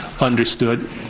understood